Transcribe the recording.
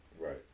right